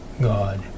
God